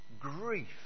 grief